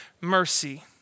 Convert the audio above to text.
mercy